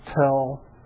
tell